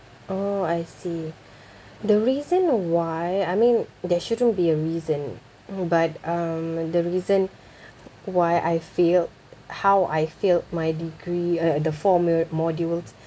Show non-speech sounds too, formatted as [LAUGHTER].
oh I see [BREATH] the reason why I mean there shouldn't be a reason hmm but um the reason [BREATH] why I failed how I failed my degree uh uh the four mo~ modules